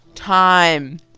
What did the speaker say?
Time